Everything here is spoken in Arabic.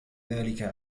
ذلك